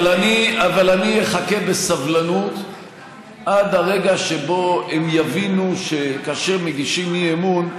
אבל אני אחכה בסבלנות עד הרגע שבו הם יבינו שכאשר מגישים אי-אמון,